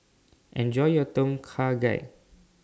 Enjoy your Tom Kha Gai